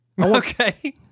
Okay